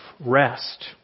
rest